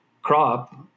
crop